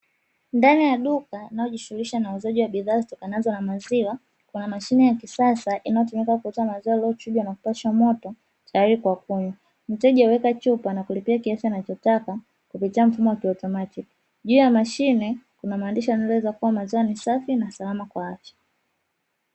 Ndani ya duka linalijishunghulisha na bidhaa zitokanazo na maziwa Kuna mashine ya kisasa inayotumika kuuza maziwa yaliyochujwa na kupashwa moto tayari kwa kunywa, mteja huweka chupa na kulipia kiasi anachotaka kupitia mfumo wa kiautomatiki. Juu ya mashine Kuna maandishi yanayoleleza kuwa maziwa ni safi na salama kwa afya.